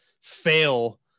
fail